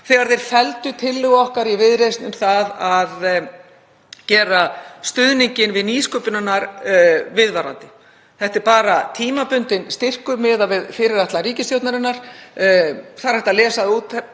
þegar þeir felldu tillögu okkar í Viðreisn um að gera stuðninginn við nýsköpun viðvarandi. Þetta er bara tímabundinn styrkur miðað við fyrirætlun ríkisstjórnarinnar, það er hægt að lesa það